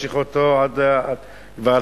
להמשיך אותו כבר 3,000 אלפים שנה ויותר.